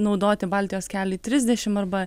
naudoti baltijos keliui trisdešim arba